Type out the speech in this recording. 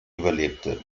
überlebte